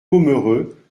pomereux